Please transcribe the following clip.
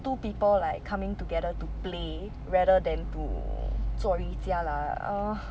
two people like coming together to play rather than to 做瑜伽 lah uh